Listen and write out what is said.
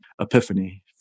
epiphany